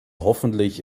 hoffentlich